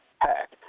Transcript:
pack